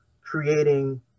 creating